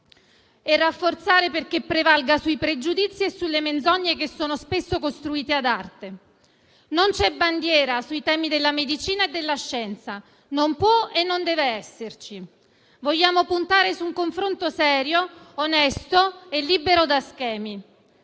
e rafforzare perché prevalga sui pregiudizi e sulle menzogne che sono spesso costruite ad arte. Non c'è bandiera sui temi della medicina e della scienza: non può e non deve esserci. Vogliamo puntare su un confronto serio, onesto e libero da schemi.